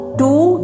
two